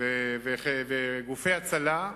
וגופי הצלה,